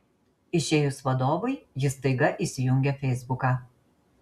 išėjus vadovui jis staiga įsijungia feisbuką